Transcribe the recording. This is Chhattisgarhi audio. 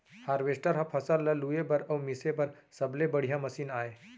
हारवेस्टर ह फसल ल लूए बर अउ मिसे बर सबले बड़िहा मसीन आय